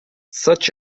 such